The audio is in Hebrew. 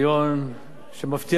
שמבטיח את השכר,